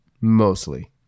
mostly